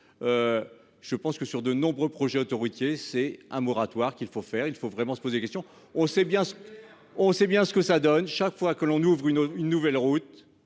Je pense que sur de nombreux projets autoroutiers c'est un moratoire qu'il faut faire, il faut vraiment se pose des questions. On sait bien ce qu'on sait bien ce que ça donne chaque fois que l'on ouvre une une nouvelle route.